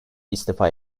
istifa